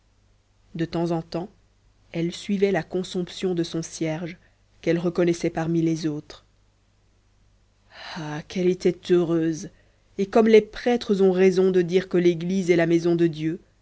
de temps en temps elle suivait la consomption de son cierge qu'elle reconnaissait parmi les autres ah qu'elle était heureuse et comme les prêtres ont raison de dire que l'église est la maison de dieu